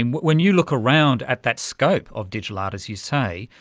and when you look around at that scope of digital art, as you say,